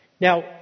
Now